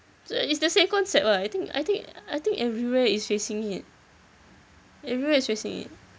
so it's the same concept ah I think I think I think everywhere is facing it everywhere is facing it